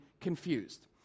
confused